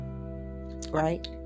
Right